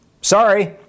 Sorry